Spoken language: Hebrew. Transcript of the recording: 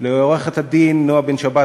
לעורכת-הדין נועה בן-שבת,